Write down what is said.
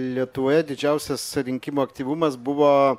lietuvoje didžiausias rinkimų aktyvumas buvo